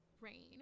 rain